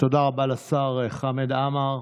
תודה רבה לשר חמד עמאר.